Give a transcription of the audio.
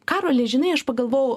karoli žinai aš pagalvojau